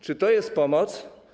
Czy to jest pomoc?